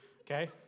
Okay